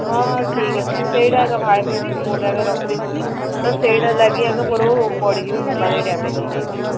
ହଁ ଠିକ୍ ଅଛି ମୁଁ ସେଇଟା ଏକା ଭାଇବ୍ରେସନ୍ ମୋଡ଼୍ରେ ଏକା ରଖିଦେଇଥିଲି ତ ସେଇଟା ଲାଗି ଆଗ ମୋର ପଡ଼ିକିରି ମୋବାଇଲ୍ଟା ଡ୍ୟାମେଜ୍ ହୋଇଯାଇଛି